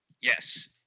yes